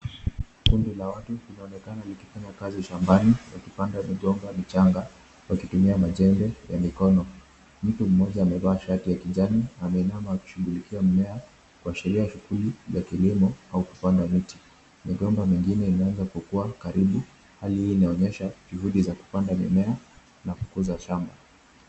Kundi la watu linaonekana likifanya kazi shambani, wakipanda migomba michanga, wakitumia majembe ya mikono. Mtu mmoja amevaa shati la kijani ameinama akishughulikia mmea kuashiria shughuli za kilimo au kupanda miti. Migomba mingine imeanza kukuwa karibu, hali hii inaonyesha juhudi za kupanda mimea na kukuza shamba.